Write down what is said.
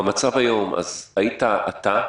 במצב היום אז היית אתה,